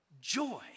joy